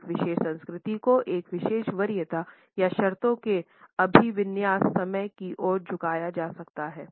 एक विशेष संस्कृति को एक विशेष वरीयता या शर्तों में अभिविन्यास समय की ओर झुकाया जा सकता है